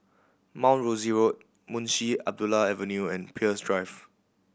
Mount Rosie Road Munshi Abdullah Avenue and Peirce Drive